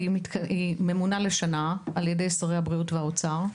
היא ממונה לשנה על ידי שרי הבריאות והאוצר,